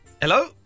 Hello